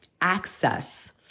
access